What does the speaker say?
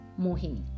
Mohini